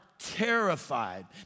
terrified